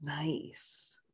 Nice